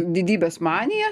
didybės maniją